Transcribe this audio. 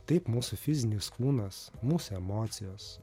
taip mūsų fizinis kūnas mūsų emocijos